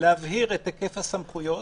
הבהרת היקף הסמכויות,